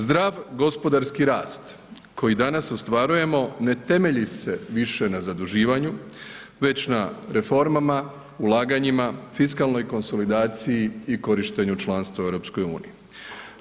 Zdrav gospodarski rast koji danas ostvarujemo, ne temelji se više na zaduživanje već na reformama, ulaganjima, fiskalnoj konsolidaciji i korištenju članstva u EU-u.